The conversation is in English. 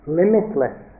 limitless